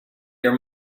your